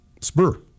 Spur